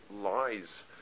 lies